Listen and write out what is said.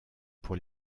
pour